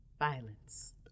violence